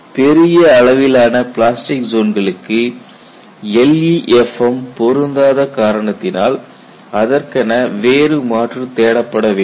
பெரிய அளவிலான பிளாஸ்டிக் ஜோன்களுக்கு LEFM பொருந்தாத காரணத்தினால் அதற்கென வேறு மாற்று தேடப்பட வேண்டும்